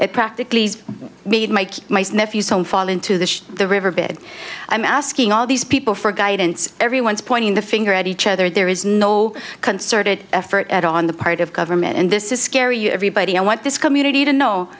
it practically made my nephew saw him fall into this the riverbed i'm asking all these people for guidance everyone's pointing the finger at each other there is no concerted effort at all on the part of government and this is scary you everybody i want this community to know